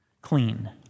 clean